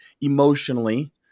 emotionally